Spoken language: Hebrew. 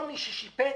כל מי ששיפץ